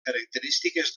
característiques